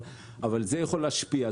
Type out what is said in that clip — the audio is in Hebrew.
אבל זה יכול להשפיע.